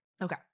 Okay